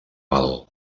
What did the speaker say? val